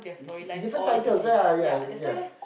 different titles ah ya ya